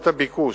רצוני לשאול: